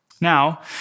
Now